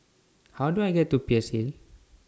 How Do I get to Peirce Hill